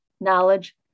knowledge